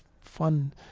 fun